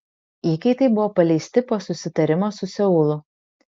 įkaitai buvo paleisti po susitarimo su seulu